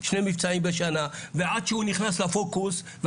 שני מבצעים בשנה ועד שהוא נכנס לפוקוס..